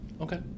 Okay